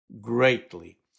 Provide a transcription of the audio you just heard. greatly